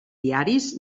diaris